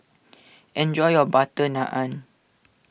enjoy your Butter Naan